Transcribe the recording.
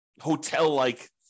hotel-like